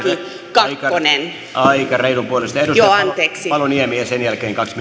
aika reilunpuoleisesti edustaja paloniemi ja sen jälkeen kaksi